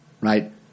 Right